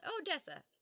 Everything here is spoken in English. Odessa